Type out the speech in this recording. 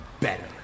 better